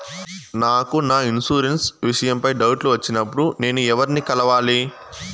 నాకు నా ఇన్సూరెన్సు విషయం పై డౌట్లు వచ్చినప్పుడు నేను ఎవర్ని కలవాలి?